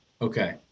Okay